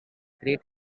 great